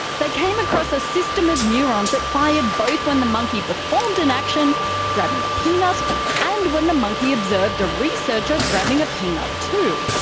they came across a system of neurons that fired both when the monkey performed an action grabbing a peanut and when the monkey observed a researcher grabbing a peanut too.